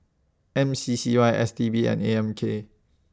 M C C Y S T B and A M K